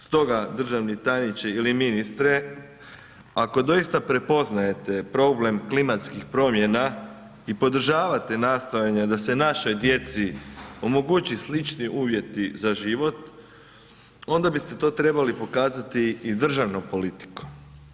Stoga državni tajniče ili ministre ako doista prepoznajete problem klimatskih promjena i podržavate nastojanje da se našoj djeci omoguće slični uvjeti za život, onda biste to trebali pokazati i državnom politikom.